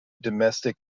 domestic